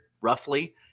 roughly